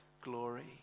glory